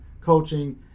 coaching